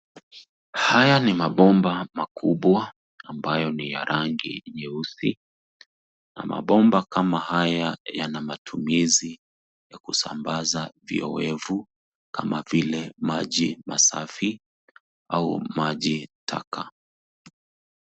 Haya ni mabomba makubwa ambayo ni ya rangi nyeusi na mabomba kama haya ni ya matumizi ya kusambaza viowevu kama vile maji masafi ,au maji taka.